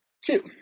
two